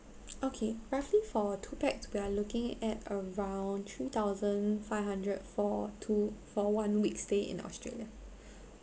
okay roughly for two pax we are looking at around three thousand five hundred for two for one week stay in australia